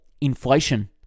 inflation